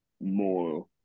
more